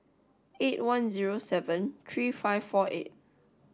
eight one zero seven three five four eight